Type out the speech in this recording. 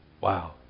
Wow